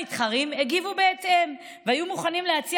המתחרים הגיבו בהתאם והיו מוכנים להציע